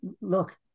look